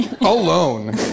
alone